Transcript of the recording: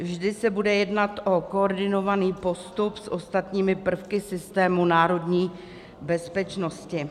Vždy se bude jednat o koordinovaný postup s ostatními prvky systému národní bezpečnosti.